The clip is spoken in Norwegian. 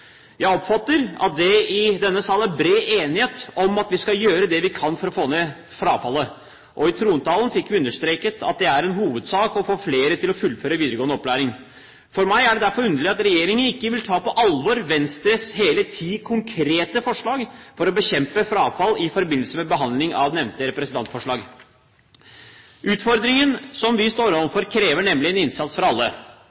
Jeg oppfatter det slik at det i denne sal er bred enighet om at vi skal gjøre det vi kan for å få ned frafallet. I trontalen ble det understreket at det er en hovedsak å få flere til å fullføre videregående opplæring. For meg er det derfor underlig at regjeringspartiene i forbindelse med behandlingen av det nevnte representantforslag ikke vil ta på alvor Venstres hele ti konkrete forslag for å bekjempe frafall. Utfordringene som vi står